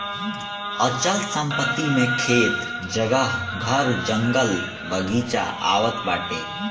अचल संपत्ति मे खेत, जगह, घर, जंगल, बगीचा आवत बाटे